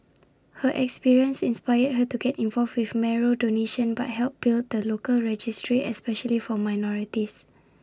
her experience inspired her to get involved with marrow donation by help build the local registry especially for minorities